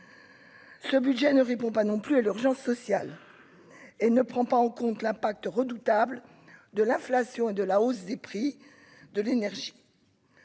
Ce budget ne répond pas non plus et l'urgence sociale et ne prend pas en compte l'impact redoutable de l'inflation et de la hausse des prix de l'énergie,